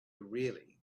really